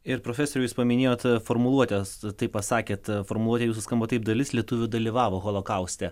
ir profesoriau jūs paminėjot formuluotes taip pasakėt formuluotė jūsų skamba taip dalis lietuvių dalyvavo holokauste